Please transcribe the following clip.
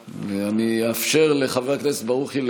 מס' 522. אני אאפשר לברך את חבר הכנסת ברוכי.